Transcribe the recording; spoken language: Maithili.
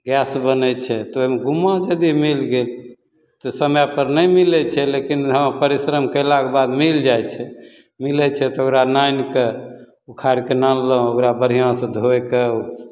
गैस बनै छै तऽ ओहिमे गुम्मा यदि मिल गेल तऽ समयपर नहि मिलै छै लेकिन हँ परिश्रम कएलाक बाद मिलि जाइ छै मिलै छै तऽ ओकरा आनिके उखाड़िके आनलहुँ ओकरा बढ़िआँसे धोइके